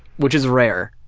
which is rare.